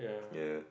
ya